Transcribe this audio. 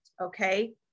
Okay